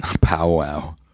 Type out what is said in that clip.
powwow